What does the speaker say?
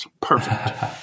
Perfect